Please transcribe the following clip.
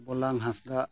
ᱵᱳᱞᱟᱝ ᱦᱟᱸᱥᱫᱟ